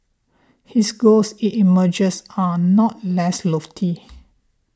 his goals it emerges are not less lofty